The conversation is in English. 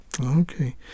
okay